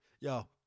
yo